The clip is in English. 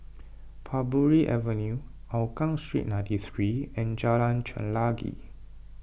Parbury Avenue Hougang Street ninety three and Jalan Chelagi